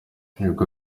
ibigo